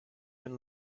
and